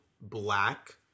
black